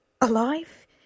Alive